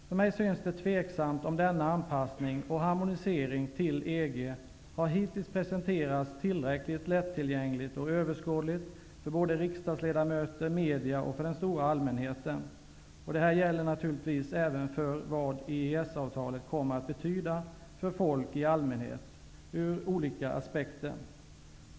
För mig synes det tveksamt om denna anpassning och harmonisering till EG hittills har presenterats tillräckligt lättillgängligt och överskådligt såväl för riksdagsledmöter och media som för den stora allmänheten. Detta gäller naturligtvis även vad EES-avtalet ur olika aspekter kommer att betyda för folk i allmänhet.